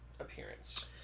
appearance